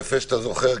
יפה שאתה זוכר,